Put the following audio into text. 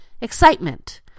excitement